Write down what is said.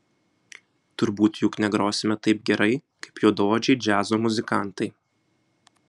turbūt juk negrosime taip gerai kaip juodaodžiai džiazo muzikantai